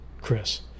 chris